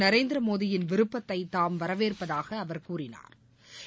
நரேந்திர மோடியின் விருப்பத்தை தாம் வரவேற்பதாக அவா் கூறினாா்